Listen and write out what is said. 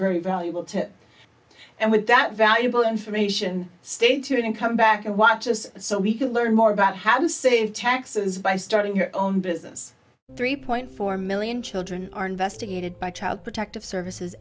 very valuable to and with that valuable information stay tuned and come back and watch us so we can learn more about how to save taxes by starting your own business three point four million children are investigated by child protective services